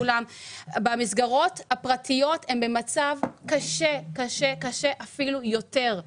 המסגרות הפרטיות הן במצב קשה אפילו יותר,